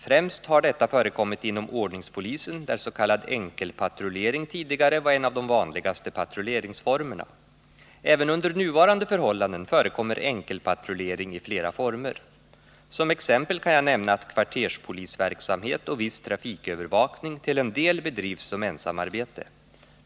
Främst här detta förekommit inom ordningspolisen, där s.k. enkelpatrullering tidigare var en av de vanligaste patrulleringsformerna. Även under nuvarande förhållanden förekommer enkelpatrullering i flera former. Som exempel kan jag nämna att kvarterspolisverksamhet och viss trafikövervakning till en del bedrivs som ensamarbete.